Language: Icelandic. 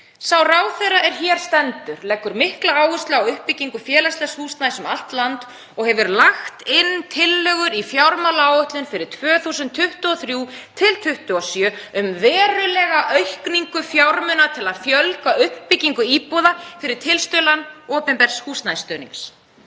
„Sá ráðherra er hér stendur leggur mikla áherslu á uppbyggingu félagslegs húsnæðis um allt land og hefur lagt inn tillögur í fjármálaáætlun fyrir árin 2023–2027 um verulega aukningu fjármuna til að fjölga uppbyggingu íbúða fyrir tilstuðlan opinbers húsnæðisstuðnings